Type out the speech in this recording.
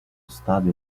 stadio